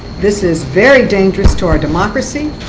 this is very dangerous to our democracy.